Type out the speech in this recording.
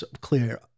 clear